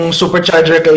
supercharger